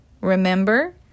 remember